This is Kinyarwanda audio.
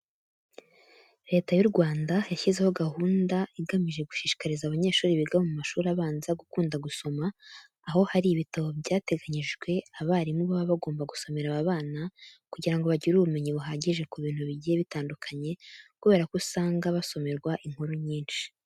Leta y'u Rwanda yashyizeho gahunda igamije gushishikariza abanyeshuri biga mu mashuri abanza gukunda gusoma, aho hari ibitabo byateganyijwe abarimu baba bagomba gusomera aba bana kugira ngo bagire ubumenyi buhagije ku bintu bigiye bitandukanye kubera ko usanga basomerwa inkuru nyinshi.